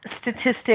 statistic